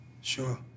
sure